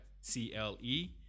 C-L-E